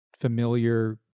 familiar